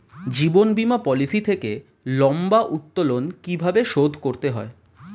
জীবন বীমা পলিসি থেকে লম্বা উত্তোলন কিভাবে শোধ করতে হয়?